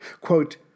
Quote